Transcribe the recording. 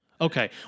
Okay